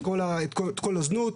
את כל הזנות.